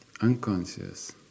unconscious